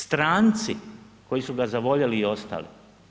Stranci koji su ga zavoljeli i ostali.